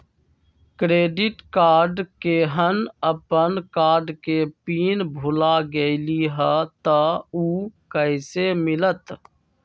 Credit card केहन अपन card के पिन भुला गेलि ह त उ कईसे मिलत?